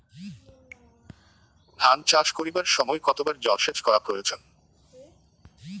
ধান চাষ করিবার সময় কতবার জলসেচ করা প্রয়োজন?